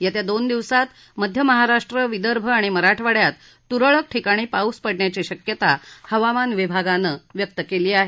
येत्या दोन दिवसात मध्य महाराष्ट्र विदर्भ आणि मराठवाड़यात तुरळक ठिकाणी पाऊस पडण्याची शक्यता हवामान विभागानं व्यक्त केली आहे